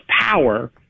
power